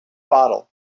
bottle